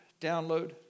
download